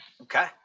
Okay